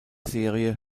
serie